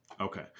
Okay